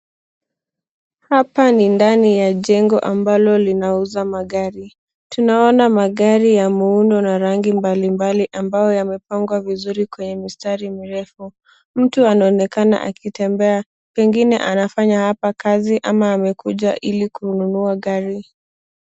Hapa ni ndani ya jengo ambalo linauza magari. Tunaona magari ya muundo na rangi mbali mbali ambayo yamepanwa vizuri kwenye mistari mirefu. Mtu anaonekana akitembea, pengine anafanya hapa kazi ama amekuja ilikununua gari.